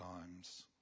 times